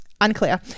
unclear